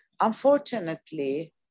unfortunately